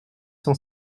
cent